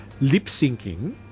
lip-syncing